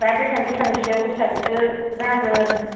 दा बेसां बेसांसो बेसांसो जागोन